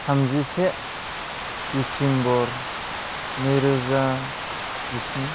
थामजिसे डिसिम्बर नै रोजा जिस्नि